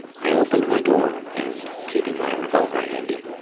i opened my door, and, keeping my revolver handy,